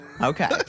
Okay